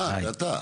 אה, זה אתה.